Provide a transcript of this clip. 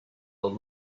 old